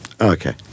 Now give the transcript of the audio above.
Okay